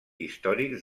històrics